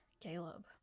Caleb